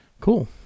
Cool